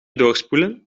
doorspoelen